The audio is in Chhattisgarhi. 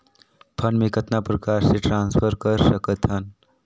फंड मे कतना प्रकार से ट्रांसफर कर सकत हन?